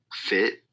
fit